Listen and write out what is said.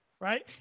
right